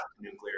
nuclear